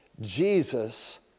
Jesus